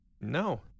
No